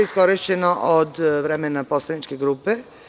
Iskorišćeno je 13 minuta od vremena poslaničke grupe.